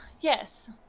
Yes